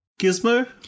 Gizmo